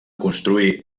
construir